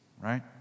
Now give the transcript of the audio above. right